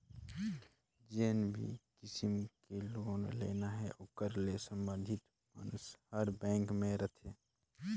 जेन भी किसम के लोन लेना हे ओकर ले संबंधित मइनसे हर बेंक में रहथे